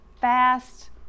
fast